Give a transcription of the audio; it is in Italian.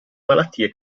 malattie